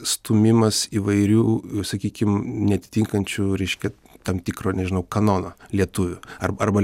stūmimas įvairių sakykim neatitinkančių reiškia tam tikro nežinau kanono lietuvių ar arba